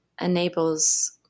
enables